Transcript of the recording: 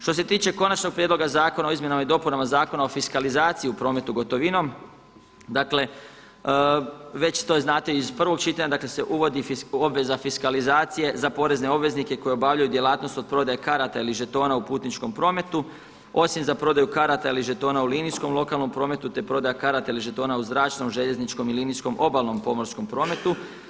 Što se tiče konačnog prijedloga Zakona o izmjenama i dopunama Zakona o fiskalizaciji u prometu gotovinom dakle već to znate iz prvog čitanja dakle se uvodi obveza fiskalizacije za porezne obveznike koji obavljaju djelatnost od prodaje karata ili žetona u putničkom prometu, osim za prodaju karata ili žetona u linijskom lokalnom prometu te prodaja karata ili žetona u zračnom, željezničkom i linijskom obalnom pomorskom prometu.